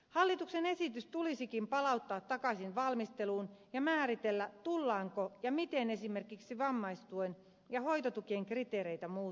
hallituksen esitys tulisikin palauttaa takaisin valmisteluun ja määritellä tullaanko ja miten esimerkiksi vammaistuen ja hoitotukien kriteereitä tullaan muuttamaan